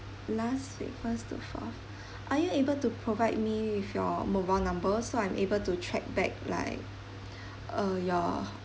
last week first to fourth are you able to provide me with your mobile number so I'm able to track back like uh your